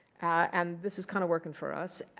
and this is kind of working for us.